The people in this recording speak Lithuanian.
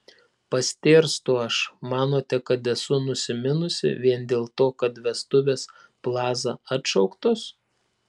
pastėrstu aš manote kad esu nusiminusi vien dėl to kad vestuvės plaza atšauktos